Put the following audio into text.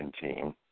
team